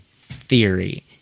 theory